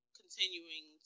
continuing